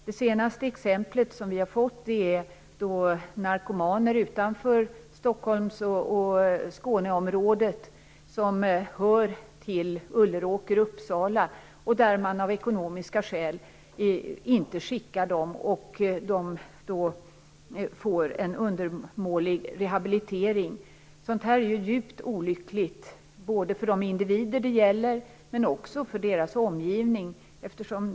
Det senaste exemplet gäller narkomaner utanför Stockholmsområdet och Skåneområdet. De hör till Ulleråker i Uppsala. Av ekonomiska skäl skickar man inte dit dem. De får då en undermålig rehabilitering. Detta är djupt olyckligt både för de individer som det gäller och för deras omgivning.